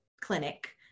clinic